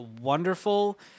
wonderful